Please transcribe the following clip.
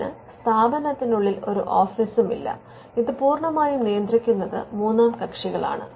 ഇതിന് സ്ഥാപനത്തിനുള്ളിൽ ഒരു ഓഫീസും ഇല്ല ഇത് പൂർണ്ണമായും നിയന്ത്രിക്കുന്നത് മൂന്നാം കക്ഷികളാണ്